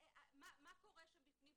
מה קורה שם בפנים?